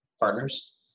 partners